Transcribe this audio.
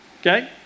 Okay